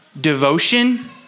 devotion